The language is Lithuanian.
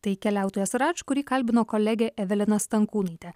tai keliautojas rač kurį kalbino kolegė evelina stankūnaitė